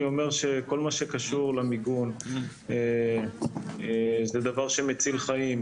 אני אומר שכל מה שקשור למיגון זה דבר שמציל חיים.